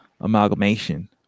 amalgamation